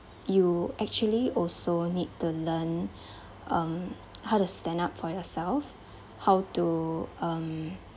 you actually also need to learn how um to stand up for yourself how to um